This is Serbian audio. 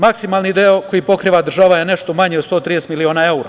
Maksimalni deo koji pokriva država je nešto manji od 130 miliona evra.